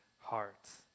hearts